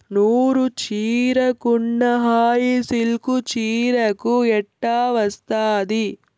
నూరు చీరకున్న హాయి సిల్కు చీరకు ఎట్టా వస్తాది